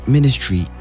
Ministry